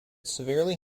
severely